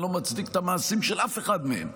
אני לא מצדיק את המעשים של אף אחד מהם.